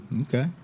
Okay